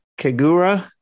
Kagura